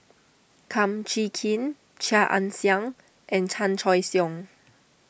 Kum Chee Kin Chia Ann Siang and Chan Choy Siong